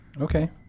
okay